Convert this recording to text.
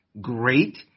great